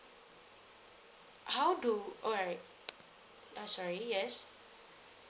how do all right ah sorry yes